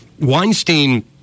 Weinstein